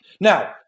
Now